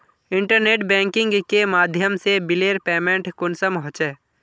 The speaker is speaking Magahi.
इंटरनेट बैंकिंग के माध्यम से बिलेर पेमेंट कुंसम होचे?